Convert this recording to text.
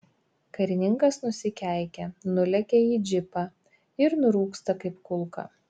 karininkas nusikeikia nulekia į džipą ir nurūksta kaip kulka